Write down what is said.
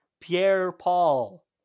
Pierre-Paul